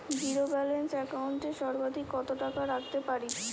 Zero balance account এ সর্বাধিক কত টাকা রাখতে পারি?